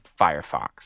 Firefox